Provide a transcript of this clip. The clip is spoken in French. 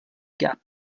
gap